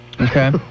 Okay